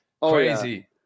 crazy